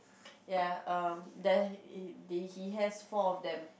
ya um there he they he has four of them